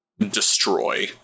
destroy